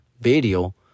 Video